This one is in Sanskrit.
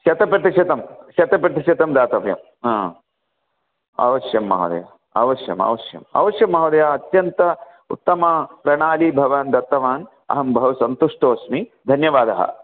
शतप्रतिशतं शतप्रतिशतं दातव्यं अवश्यं महोदय अवश्यम् अवश्यम् अवश्यं महोदय अत्यन्तं उत्तमप्रणाळी भवान् दत्तवान् अहं बहु सन्तुष्टो अस्मि धन्यवादः